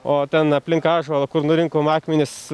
o ten aplink ąžuolą kur nurinkom akmenis